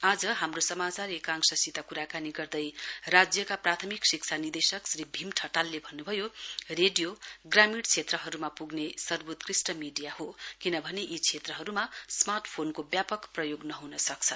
आज हाम्रो समाचार एकांशसित कुराकानी गर्दै राज्यका प्राथमिक शिक्षा निदेशक श्री भीम ठटालले भन्नुभयो रेडियो ग्रामीण क्षेत्रहरुमा पुग्ने सर्वोत्कृष्ट मीडिया हो किनभने यी क्षेत्रहरुमा समार्ट फोनको व्यापक प्रयोग नहुन सक्छ